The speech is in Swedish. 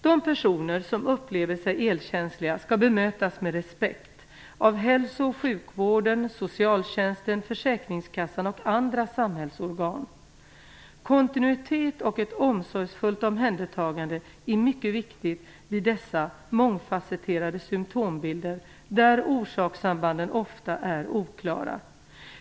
De personer som upplever sig elkänsliga skall bemötas med respekt av hälso och sjukvården, socialtjänsten, försäkringskassan och andra samhällsorgan. Kontinuitet och ett omsorgsfullt omhändertagande är mycket viktigt vid dessa mångfasetterade symtombilder, där orsakssambanden ofta är oklara.